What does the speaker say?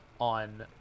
on